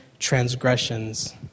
transgressions